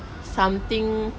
something